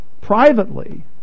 privately